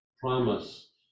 promise